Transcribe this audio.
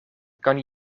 kan